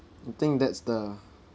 I think that's the